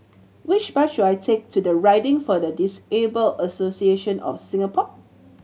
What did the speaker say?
which bus should I take to Riding for the Disabled Association of Singapore